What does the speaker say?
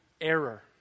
error